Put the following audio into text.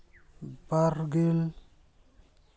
ᱵᱟᱨ ᱜᱮᱞ